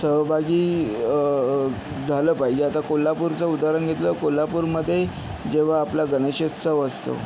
सहभागी झालं पाहिजे आता कोल्हापूरचं उदाहरण घेतलं कोल्हापूरमध्ये जेव्हा आपला गणेशोत्सव असतो